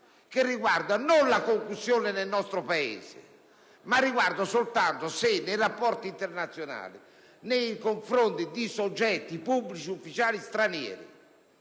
non riguarda la concussione nel nostro Paese, ma se nei rapporti internazionali nei confronti di soggetti pubblici ufficiali stranieri